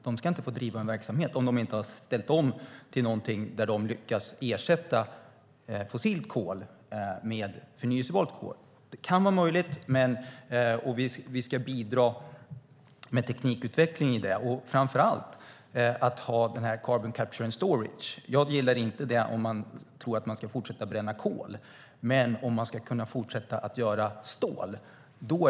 De ska inte få driva sin verksamhet om de inte har ställt om till någonting där de har lyckats ersätta fossilt kol med förnybart kol. Det kan vara möjligt. Vi ska bidra med teknikutveckling till det, och det handlar framför allt att ha den här Carbon Capture and Storage. Jag gillar inte det om man tror att man ska fortsätta att bränna kol, men det är en bra teknik om man ska kunna fortsätta att göra stål.